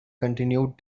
continued